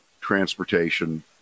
transportation